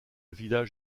village